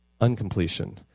uncompletion